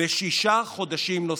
בשישה חודשים נוספים.